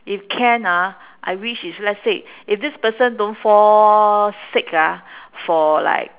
if can ah I wish if let's say if this person don't fall sick ah for like